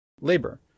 labor